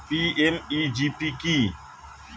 PMEGP কি?